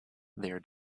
their